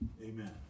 Amen